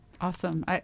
Awesome